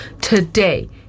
today